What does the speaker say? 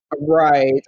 Right